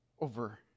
over